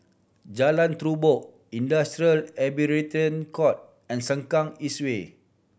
Jalan Terubok Industrial Arbitration Court and Sengkang Eest Way